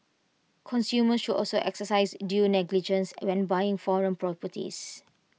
consumers should also exercise due diligences when buying foreign properties